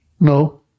No